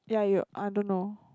yeah you I don't know